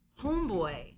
homeboy